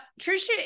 Trisha